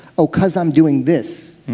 oh because i'm doing this,